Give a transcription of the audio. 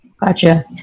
Gotcha